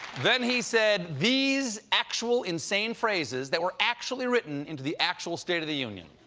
then he said these actual insane phrases that were actually written into the actual state of the union.